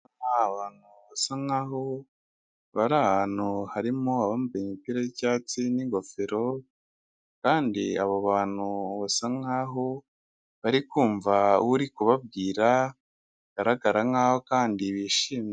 Abantu basa nkaho bari ahantu, harimo abambaye imipira y'icyatsi n'igofero, kandi abo bantu basa nkaho bari kumva uri kubabwira, bigaragara nkaho kandi bishimye.